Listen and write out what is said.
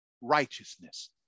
righteousness